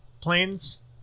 planes